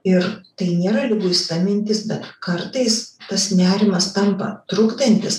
ir tai nėra liguista mintis bet kartais tas nerimas tampa trukdantis